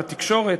לתקשורת,